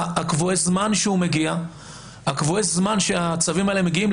הקבועי זמן שהצווים האלה מגיעים,